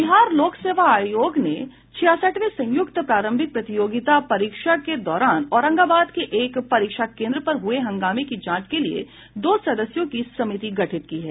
बिहार लोक सेवा आयोग ने छियासठवीं संयुक्त प्रारंभिक प्रतियोगिता परीक्षा के दौरान औरंगाबाद के एक परीक्षा केन्द्र पर हुये हंगामे की जांच के लिये दो सदस्यों की समिति गठित की है